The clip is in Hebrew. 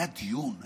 היה דיון,